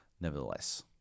nevertheless